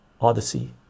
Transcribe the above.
odyssey